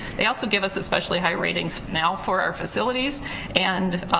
they also give us especially high ratings now for our facilities and